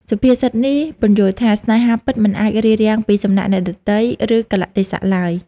សុភាសិតនេះពន្យល់ថា ស្នេហាពិតមិនអាចរារាំងពីសំណាក់អ្នកដទៃ ឬកាលៈទេសៈឡើយ។